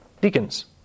deacons